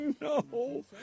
no